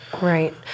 Right